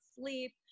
sleep